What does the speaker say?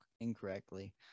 incorrectly